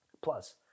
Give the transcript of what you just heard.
Plus